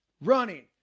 running